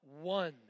one